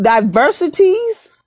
diversities